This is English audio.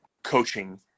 coaching